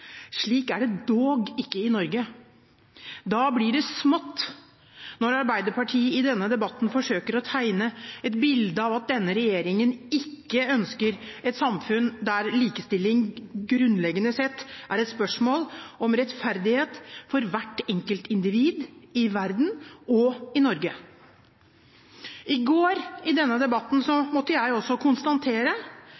Slik er det dog ikke i Norge. Da blir det smått når Arbeiderpartiet i denne debatten forsøker å tegne et bilde av at denne regjeringen ikke ønsker et samfunn der likestilling grunnleggende sett er et spørsmål om rettferdighet for hvert enkeltindivid i verden og i Norge. I går i denne debatten